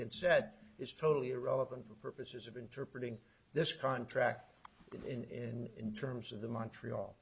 had said is totally irrelevant for purposes of interpreting this contract in terms of the montreal